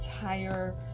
entire